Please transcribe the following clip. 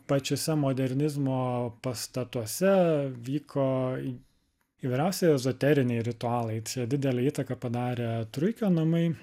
pačiuose modernizmo pastatuose vyko į įvairiausi ezoteriniai ritualai čia didelę įtaką padarė truikio namai